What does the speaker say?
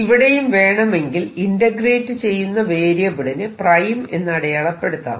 ഇവിടെയും വേണമെങ്കിൽ ഇന്റഗ്രേറ്റ് ചെയ്യുന്ന വേരിയബിളിന് 'പ്രൈം' എന്ന് അടയാളപ്പെടുത്താം